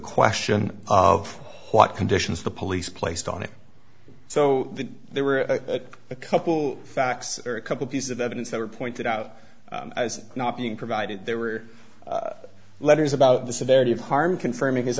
question of what conditions the police placed on it so that they were a couple facts are a couple pieces of evidence that were pointed out as not being provided there were letters about the severity of harm confirming his